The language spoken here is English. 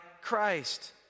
christ